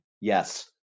Yes